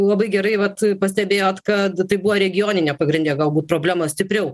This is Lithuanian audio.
labai gerai vat pastebėjot kad tai buvo regioninė pagrinde galbūt problema stipriau